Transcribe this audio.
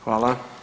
Hvala.